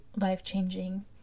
life-changing